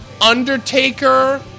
Undertaker